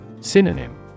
Synonym